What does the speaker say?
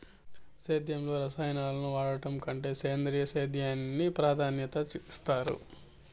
సేద్యంలో రసాయనాలను వాడడం కంటే సేంద్రియ సేద్యానికి ప్రాధాన్యత ఇస్తారు